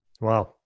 Wow